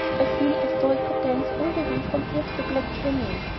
i feel as though i could dance all the way from here to the black canyon.